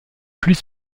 plus